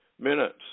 minutes